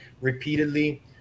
repeatedly